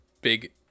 big